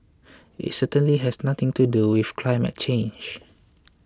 it certainly has nothing to do with climate change